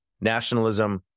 nationalism